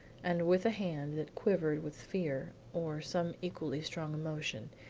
and with a hand that quivered with fear or some equally strong emotion,